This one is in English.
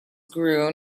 grew